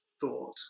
thought